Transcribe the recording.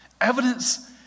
Evidence